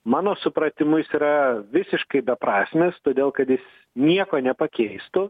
mano supratimu jis yra visiškai beprasmis todėl kad jis nieko nepakeistų